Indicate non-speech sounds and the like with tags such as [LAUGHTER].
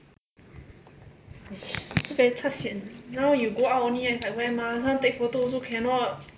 [BREATH] also very sian now you go out only then is like wear mask want take photo also cannot